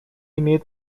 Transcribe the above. имеет